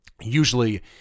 usually